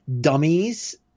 dummies –